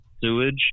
sewage